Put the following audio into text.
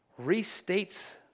restates